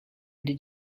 did